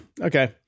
okay